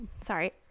Sorry